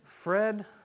Fred